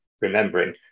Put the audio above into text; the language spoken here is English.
remembering